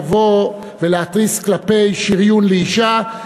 לבוא ולהתריס כלפי שריון לאישה,